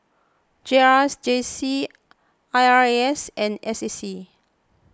J R S J C I R A S and S A C